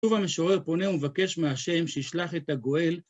טוב המשורר פונה ומבקש מהשם שישלח את הגואל.